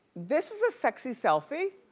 this is a sexy selfie.